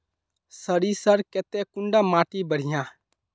सरीसर केते कुंडा माटी बढ़िया?